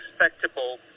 respectable